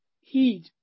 heed